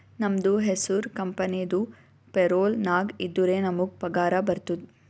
ನಮ್ದು ಹೆಸುರ್ ಕಂಪೆನಿದು ಪೇರೋಲ್ ನಾಗ್ ಇದ್ದುರೆ ನಮುಗ್ ಪಗಾರ ಬರ್ತುದ್